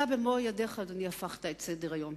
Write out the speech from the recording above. אתה, במו-ידיך, אדוני, הפכת את סדר-היום.